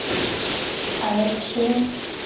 আৰক্ষীয়ে